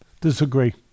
disagree